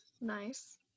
nice